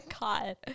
god